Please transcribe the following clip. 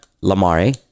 Lamare